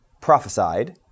prophesied